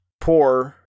poor